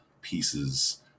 pieces